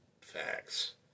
facts